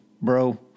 bro